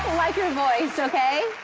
like your voice, okay?